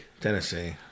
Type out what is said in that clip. Tennessee